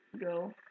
go